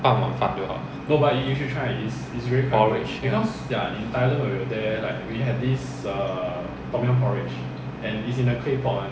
半碗饭就好 porridge